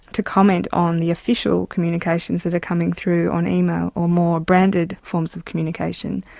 to comment on the official communications that are coming through on email or more branded forms of communication.